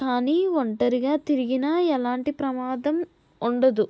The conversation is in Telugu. కానీ ఒంటరిగా తిరిగిన ఎలాంటి ప్రమాదం ఉండదు